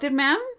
ma'am